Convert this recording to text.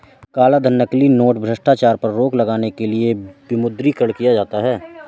कालाधन, नकली नोट, भ्रष्टाचार पर रोक लगाने के लिए विमुद्रीकरण किया जाता है